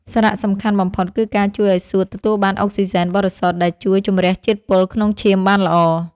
សារៈសំខាន់បំផុត គឺការជួយឱ្យសួតទទួលបានអុកស៊ីសែនបរិសុទ្ធ ដែលជួយជម្រះជាតិពុលក្នុងឈាមបានល្អ។